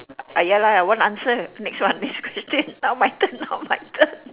ah ya lah I want answer next one next question now my turn now my turn now